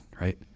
right